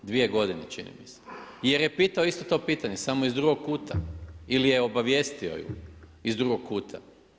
Dvije godine, čini mi se, jer je pitao isto to pitanje samo iz drugog kuta, ili je obavijestio ju iz drugog kuta.